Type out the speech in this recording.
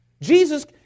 Jesus